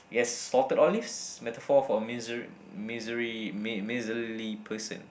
yes salted olives metaphor for misery misery mi~ miserly person